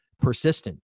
persistent